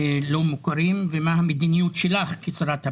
מוכרים ומה המדיניות שלך כשרת הפנים?